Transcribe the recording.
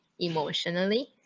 emotionally